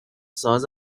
ساز